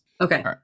Okay